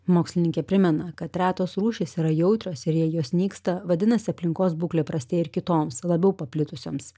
mokslininkė primena kad retos rūšys yra jautrios ir jei jos nyksta vadinasi aplinkos būklė prastėja ir kitoms labiau paplitusioms